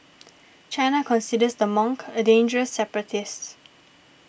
China considers the monk a dangerous separatist